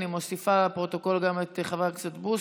אני מוסיפה לפרוטוקול גם את חבר הכנסת בוסו,